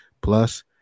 Plus